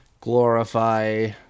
glorify